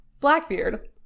Blackbeard